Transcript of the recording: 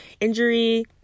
injury